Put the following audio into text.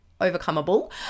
overcomable